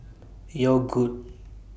Yogood